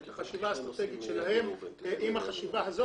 את החשיבה האסטרטגית שלהם עם החשיבה הזו,